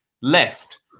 left